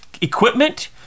equipment